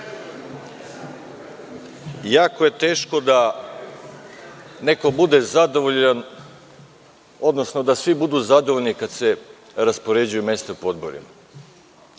jako je teško da neko bude zadovoljan, odnosno da svi budu zadovoljni kada se raspoređuju mesta u odborima.